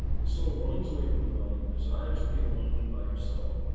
his soul runs away from the body and desires to be alone and by yourself.